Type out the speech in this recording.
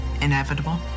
inevitable